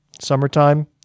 Summertime